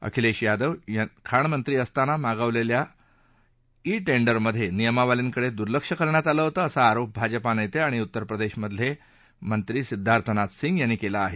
अखिलेश यादव खाणमंत्री असताना मागावलेल्या ई डिस्मधे नियमावलींकडे दुर्लक्ष करण्यात आलं होतं असा आरोप भाजपा नेते आणि उत्तरप्रदेशमधले मंत्री सिद्धार्थनाथ सिंग यांनी केला आहे